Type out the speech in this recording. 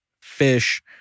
fish